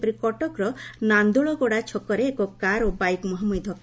ସେହିପରି କଟକର ନାନୋଳଗଡ଼ା ଛକରେ ଏକ କାର ଓ ବାଇକ୍ ମୁହାଁମୁହି ଧକ୍